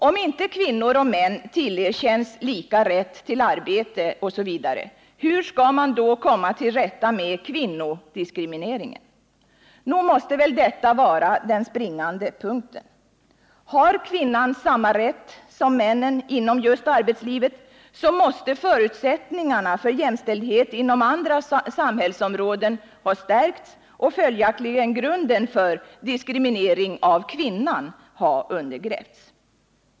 Om inte kvinnor och män tillerkänns lika rätt till arbete osv. hur skall man då komma till rätta med kvinnodiskrimineringen? Nog måste väl detta vara den springande punkten. Har kvinnan samma rätt som männen inom just arbetslivet, så måste förutsättningarna för jämställdhet inom andra samhällsområden ha stärkts och följaktligen grunden för diskriminering av kvinnan ha undergrävts.